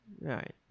right